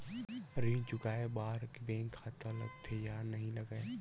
ऋण चुकाए बार बैंक खाता लगथे या नहीं लगाए?